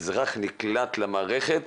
אזרח שנקלט למערכת